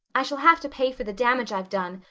i shall have to pay for the damage i've done,